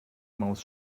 maus